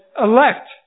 elect